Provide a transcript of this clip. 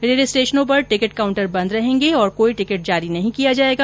rail स्टेशनों पर ticket counter बंद रहेंगे और कोई टिकिट जारी नहीं किया जाएगा